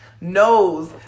knows